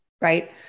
right